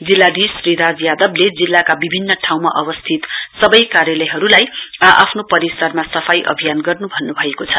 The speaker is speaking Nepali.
जिल्लाधीश श्री राज यादवले जिल्लाका विभिन्न ठाउँमा अवस्थित सबै कार्यालयहरूलाई आ आफ्नो परिसरमा सफाई अभियान गर्नु भन्नु भएको छ